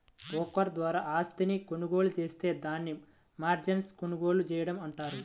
broker ద్వారా ఆస్తిని కొనుగోలు జేత్తే దాన్ని మార్జిన్పై కొనుగోలు చేయడం అంటారు